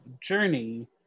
journey